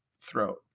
throat